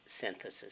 synthesis